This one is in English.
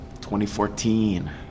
2014